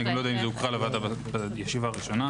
אני לא יודע אם הוקרא לוועדה בישיבה הראשונה.